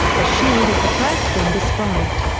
the shield is the first thing described.